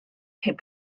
heb